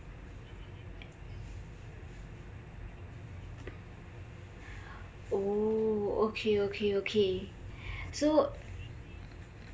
oh okay okay okay so